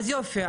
אז יופי,